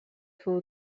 for